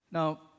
Now